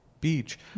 beach